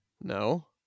no